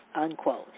unquote